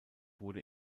wurde